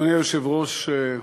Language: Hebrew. אדוני היושב-ראש,